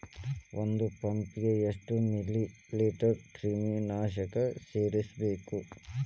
ಒಂದ್ ಪಂಪ್ ಗೆ ಎಷ್ಟ್ ಮಿಲಿ ಲೇಟರ್ ಕ್ರಿಮಿ ನಾಶಕ ಸೇರಸ್ಬೇಕ್?